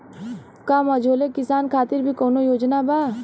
का मझोले किसान खातिर भी कौनो योजना बा?